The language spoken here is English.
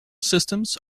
systems